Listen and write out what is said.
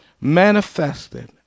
manifested